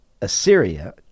Assyria